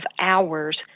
hours